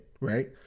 Right